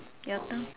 your turn